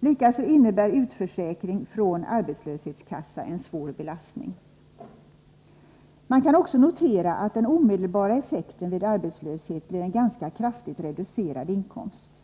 Likaså innebär utförsäkring från arbetslöshetskassa en svår belastning. Man kan också notera att den omedelbara effekten vid arbetslöshet blir en ganska kraftigt reducerad inkomst.